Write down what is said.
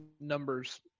numbers